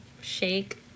shake